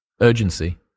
urgency